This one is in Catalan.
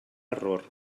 error